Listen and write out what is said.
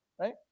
right